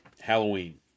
Halloween